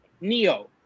NEO